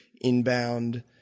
inbound